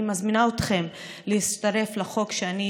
אני מזמינה אתכם להצטרף לחוק שאני